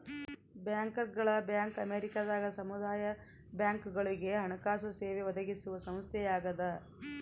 ಬ್ಯಾಂಕರ್ಗಳ ಬ್ಯಾಂಕ್ ಅಮೇರಿಕದಾಗ ಸಮುದಾಯ ಬ್ಯಾಂಕ್ಗಳುಗೆ ಹಣಕಾಸು ಸೇವೆ ಒದಗಿಸುವ ಸಂಸ್ಥೆಯಾಗದ